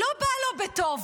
לא בא לו בטוב.